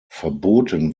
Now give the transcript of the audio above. verboten